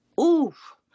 oof